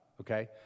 Okay